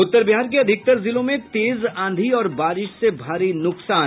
उत्तर बिहार के अधिकतर जिलों में तेज आंधी और बारिश से भारी नुकसान